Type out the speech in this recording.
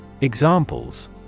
Examples